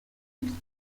you